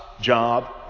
job